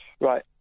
Right